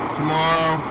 tomorrow